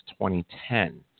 2010